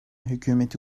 hükümeti